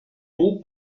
groupe